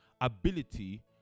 ability